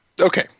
Okay